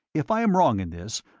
if i am wrong in this,